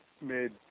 made